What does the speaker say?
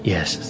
Yes